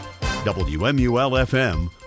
WMUL-FM